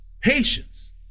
patience